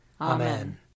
Amen